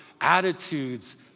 attitudes